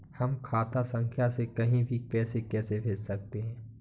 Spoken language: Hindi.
हम खाता संख्या से कहीं भी पैसे कैसे भेज सकते हैं?